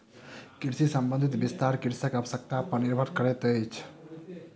कृषि संबंधी विस्तार कृषकक आवश्यता पर निर्भर करैतअछि